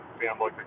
family